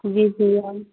जी भैया